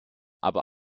aber